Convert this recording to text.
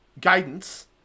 Guidance